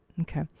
Okay